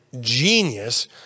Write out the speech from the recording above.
genius